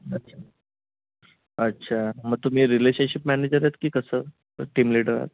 अच्छा अच्छा मग तुम्ही रिलेशनशिप मॅनेजर आहेत की कसं टीम लिडर आहेत